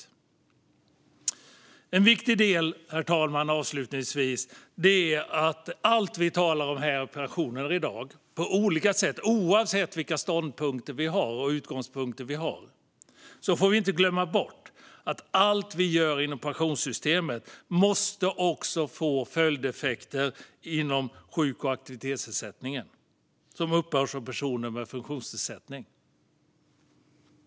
Avslutningsvis: En viktig del är att när det gäller allt som vi talar om i dag angående pensioner, oavsett vilka ståndpunkter och utgångspunkter vi har, får vi inte glömma bort att allt vi gör inom pensionssystemet också måste få följdeffekter inom sjuk och aktivitetsersättningen som uppbärs av personer med funktionsnedsättning.